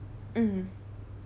mm